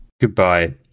Goodbye